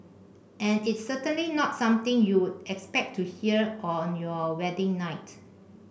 and it's certainly not something you'd expect to hear on your wedding night